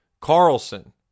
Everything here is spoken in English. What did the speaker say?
Carlson